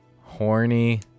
Horny